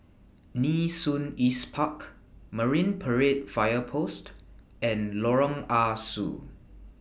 Nee Soon East Park Marine Parade Fire Post and Lorong Ah Soo